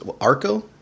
Arco